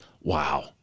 wow